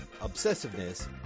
obsessiveness